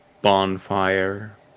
bonfire